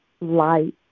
light